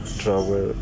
travel